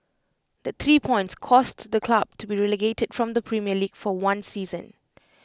that three points caused the club to be relegated from the premier league for one season